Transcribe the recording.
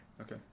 Okay